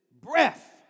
breath